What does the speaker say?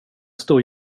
stor